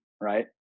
right